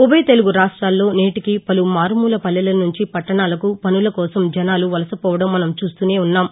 ఉభయ తెలుగు రాష్ట్రాల్లో నేటికీ పలు మారుమూల పల్లెల నుంచి పట్టణాలకు పనుల కోసం జనాలు వలసపోవడం మనం చూస్తూనే ఉన్నాం